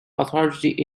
authority